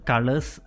Colors